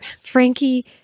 Frankie